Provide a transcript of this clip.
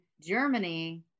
Germany